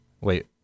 Wait